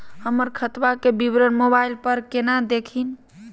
हमर खतवा के विवरण मोबाईल पर केना देखिन?